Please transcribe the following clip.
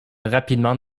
rapidement